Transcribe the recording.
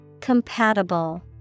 Compatible